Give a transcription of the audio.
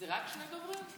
יש רק שני דוברים?